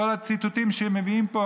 את כל הציטוטים שמביאים לפה,